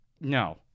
no